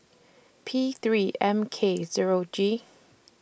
P three M K Zero G